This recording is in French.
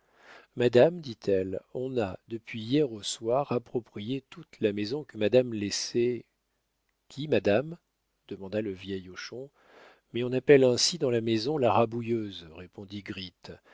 madame dit-elle on a depuis hier au soir approprié toute la maison que madame laissait qui madame demanda le vieil hochon mais on appelle ainsi dans la maison la rabouilleuse